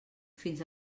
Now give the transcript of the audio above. fins